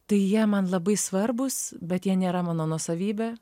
tai jie man labai svarbūs bet jie nėra mano nuosavybė